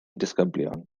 disgyblion